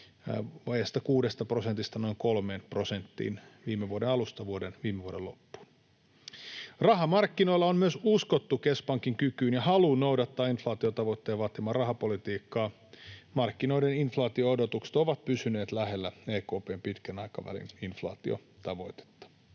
kuudesta prosentista noin kolmeen prosenttiin viime vuoden alusta viime vuoden loppuun. Rahamarkkinoilla on myös uskottu keskuspankin kykyyn ja haluun noudattaa inflaatiotavoitteen vaatimaa rahapolitiikkaa. Markkinoiden inflaatio-odotukset ovat pysyneet lähellä EKP:n pitkän aikavälin inflaatiotavoitetta.